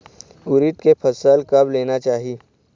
उरीद के फसल कब लेना चाही?